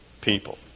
people